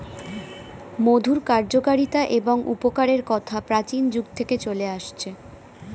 মধুর কার্যকারিতা এবং উপকারের কথা প্রাচীন যুগ থেকে চলে আসছে